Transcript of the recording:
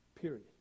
Period